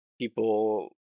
people